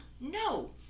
No